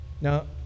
Now